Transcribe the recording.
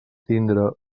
tindre